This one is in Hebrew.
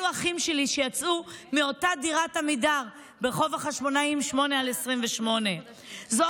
אלו האחים שלי שיצאו מאותה דירת עמידר ברחוב החשמונאים 8/28. זו